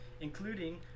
including